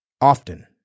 often